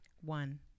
One